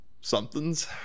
somethings